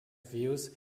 views